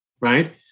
right